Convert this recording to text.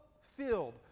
filled